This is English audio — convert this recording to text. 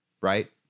right